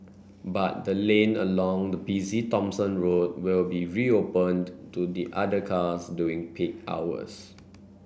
but the lane along the busy Thomson Road will be reopened to the other cars during peak hours